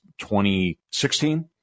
2016